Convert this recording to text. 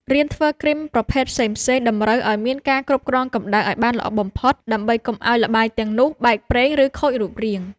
រៀនធ្វើគ្រីមប្រភេទផ្សេងៗតម្រូវឱ្យមានការគ្រប់គ្រងកម្ដៅឱ្យបានល្អបំផុតដើម្បីកុំឱ្យល្បាយទាំងនោះបែកប្រេង ឬខូចរូបរាង។